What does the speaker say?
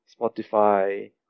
Spotify